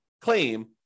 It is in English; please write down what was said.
claim